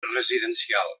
residencial